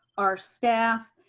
our staff,